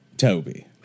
Toby